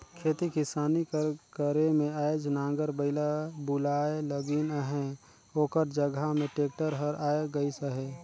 खेती किसानी कर करे में आएज नांगर बइला भुलाए लगिन अहें ओकर जगहा में टेक्टर हर आए गइस अहे